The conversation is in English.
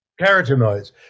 carotenoids